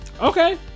Okay